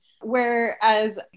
whereas